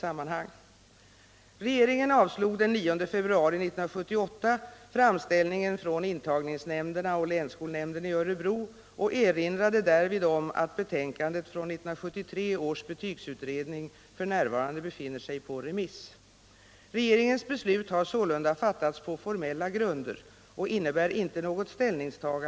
Ännu två år efter riksdagens beslut om utställningsersättning till konstnärerna och tillsättandet av en statlig förhandlare i syfte att träffa överenskommelse med konstnärerna härom har avtal ej kunnat uppnås.